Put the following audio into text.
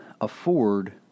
afford